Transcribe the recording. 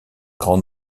grand